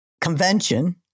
convention